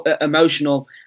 emotional